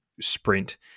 sprint